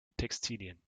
textilien